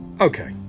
okay